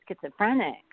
schizophrenic